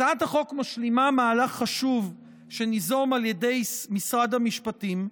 הצעת החוק משלימה מהלך חשוב שניזום על ידי משרד המשפטים,